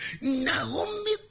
Naomi